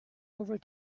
over